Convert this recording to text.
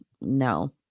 No